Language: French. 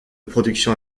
production